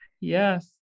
Yes